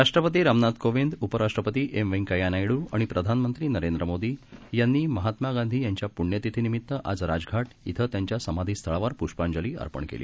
राष्ट्रपतीरामनाथकोविंद उपराष्ट्रपतीएमवेंकय्यानायड्रआणिप्रधानमंत्रीनरेंद्रमोदीयांनीमहात्मागाधीयांच्याप्रण्यतिथीनिमित्तआजराजघा विथंत्यांच्यासमाधीस्थळावरप् ष्पांजलीअर्पणकेली